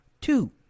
Two